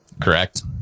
correct